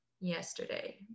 yesterday